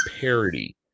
parody